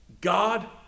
God